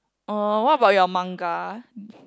uh what about your manga